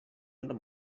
under